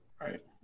right